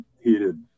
heated